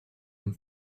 and